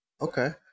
Okay